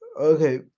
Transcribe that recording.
okay